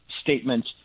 statement